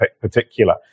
particular